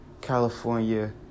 California